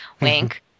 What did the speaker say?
Wink